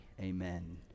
Amen